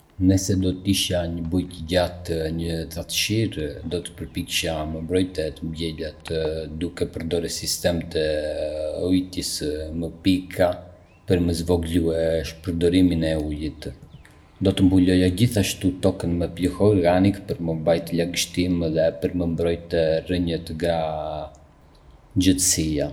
Nëse do të isha një bujk gjatë një thatësire, do të përpiqesha me mbrojtë të mbjellat duke përdorë sisteme të ujitjes me pika për me zvogëlue shpërdorimin e ujit. Do të mbuloja gjithashtu tokën me pleh organik për me mbajtë lagështinë dhe për me mbrojtë rrënjët nga nxehtësia.